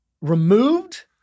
Removed